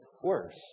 worse